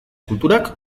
kulturak